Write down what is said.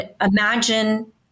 Imagine